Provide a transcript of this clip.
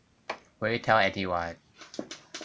will you tell anyone